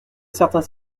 certains